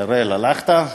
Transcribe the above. אראל, הלכת?